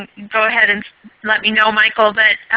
um go ahead and let me know michael. but